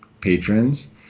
patrons